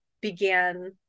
began